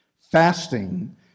Fasting